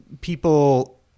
people